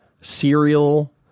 cereal